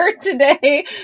today